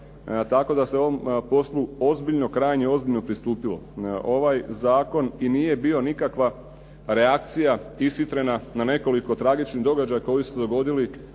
Tako da se ovom poslu krajnje ozbiljno pristupalo. Ovaj zakon i nije bio nikakva reakcija ishitrena na nekoliko tragičnih događaja koji su se dogodili